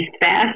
fast